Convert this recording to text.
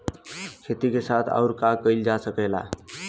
खेती के साथ अउर का कइल जा सकेला?